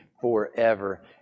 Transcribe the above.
forever